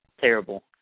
terrible